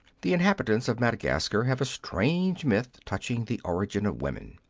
the inhabitants of madagascar have a strange myth touching the origin of woman.